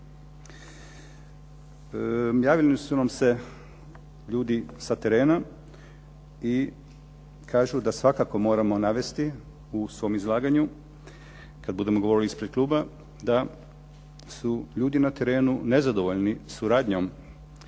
Javili su nam se ljudi sa terena i kažu da svakako moramo navesti u svom izlaganju kada budemo govorili ispred kluba, da su ljudi na terenu nezadovoljni suradnjom